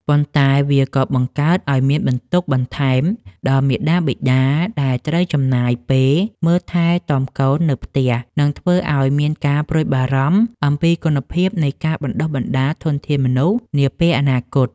ប៉ុន្តែវាក៏បង្កើតឱ្យមានបន្ទុកបន្ថែមដល់មាតាបិតាដែលត្រូវចំណាយពេលមើលថែទាំកូននៅផ្ទះ និងធ្វើឱ្យមានការព្រួយបារម្ភអំពីគុណភាពនៃការបណ្ដុះបណ្ដាលធនធានមនុស្សនាពេលអនាគត។